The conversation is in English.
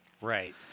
Right